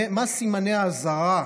מה סימני האזהרה,